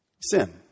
Sin